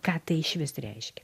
ką tai išvis reiškia